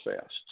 fast